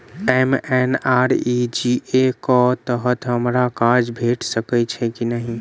MNREGA कऽ तहत हमरा काज भेट सकय छई की नहि?